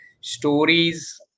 stories